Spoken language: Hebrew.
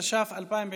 התש"ף 2020,